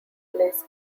plays